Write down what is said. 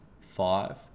five